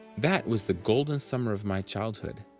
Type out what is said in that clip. that was the golden summer of my childhood,